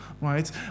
right